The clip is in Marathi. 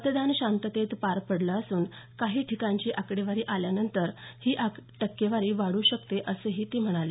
मतदान शांततेत पार पडलं असून काही ठिकाणची आकडेवारी आल्यानंतर ही टक्केवारी वाढू शकते असंही ते म्हणाले